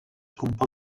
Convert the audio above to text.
compon